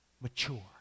mature